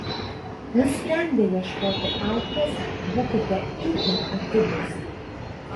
nusprendę ieškoti auklės būkite itin atidūs